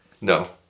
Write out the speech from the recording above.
No